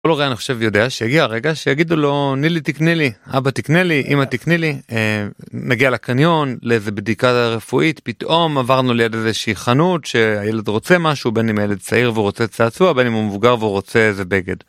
אני חושב יודע שהגיע הרגע שיגידו לו נילי תקנה לי אבא תקנה לי אימא תקנה לי נגיע לקניון לבדיקה הרפואית פתאום עברנו ליד איזה שהיא חנות שהילד רוצה משהו בין אם ילד צעיר ורוצה צעצוע בין אם הוא מבוגר ורוצה איזה בגד.